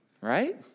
right